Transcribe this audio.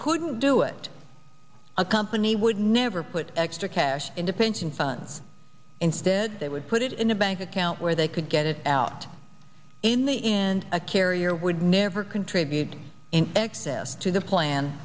couldn't do it a company would never put extra cash into pension funds instead they would put it in a bank account where they could get it out in the end a carrier would never contribute in excess to the plan